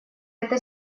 это